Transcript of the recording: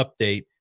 update